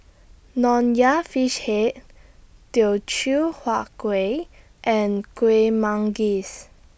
Nonya Fish Head Teochew Huat Kueh and Kueh Manggis